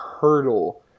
hurdle